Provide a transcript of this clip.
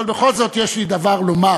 אבל בכל זאת יש לי דבר לומר.